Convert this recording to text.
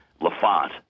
LaFont